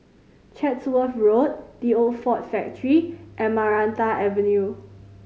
Chatsworth Road The Old Ford Factory and Maranta Avenue